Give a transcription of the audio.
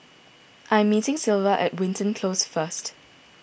I am meeting Sylva at Wilton Close first